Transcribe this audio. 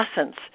essence